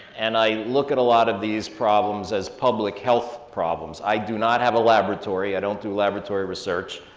and i look at a lot of these problems as public health problems. i do not have a laboratory, i don't do laboratory research,